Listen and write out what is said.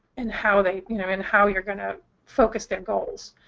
and how they you know, and how you're going to focus their goals.